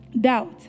Doubt